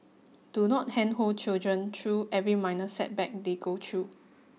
do not handhold children through every minor setback they go through